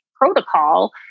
protocol